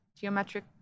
geometric